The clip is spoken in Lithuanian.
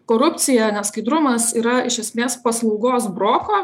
korupcija neskaidrumas yra iš esmės paslaugos broko